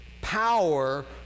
power